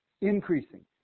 Increasing